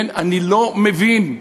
אני לא מבין,